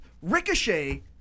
Ricochet